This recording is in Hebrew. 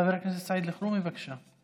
חבר הכנסת סעיד אלחרומי, בבקשה.